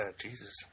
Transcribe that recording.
Jesus